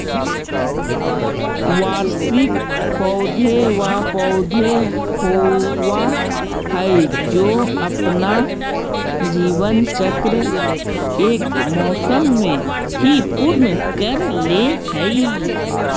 वार्षिक पौधे व पौधे होवअ हाई जो अपना जीवन चक्र एक मौसम में ही पूर्ण कर ले हई